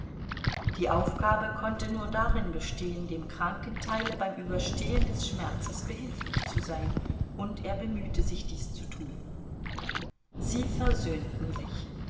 die aufgabe konnte nur darin bestehen dem kranken teile beim überstehen des schmerzes behilflich zu sein und er bemühte sich dies zu tun sie versöhnten sich